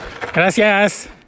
gracias